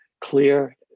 clear